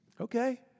Okay